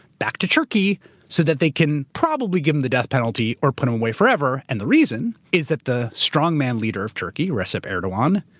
back to turkey so that they can probably give him the death penalty or put him away forever. and the reason is that the strongman leader of turkey, recep erdogan,